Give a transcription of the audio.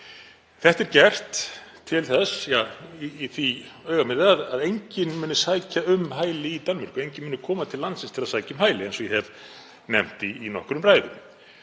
Það er gert í því augnamiði að enginn muni sækja um hæli í Danmörku, enginn muni koma til landsins til að sækja um hæli, eins og ég hef nefnt í nokkrum ræðum.